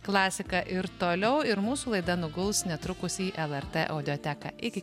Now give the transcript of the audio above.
klasika ir toliau ir mūsų laida nuguls netrukus į lrt audioteką iki